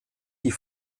die